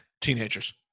Teenagers